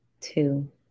two